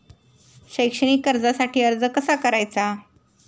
शैक्षणिक कर्जासाठी अर्ज कसा करायचा?